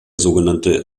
sogenannte